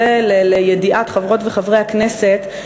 זה לידיעת חברות וחברי הכנסת,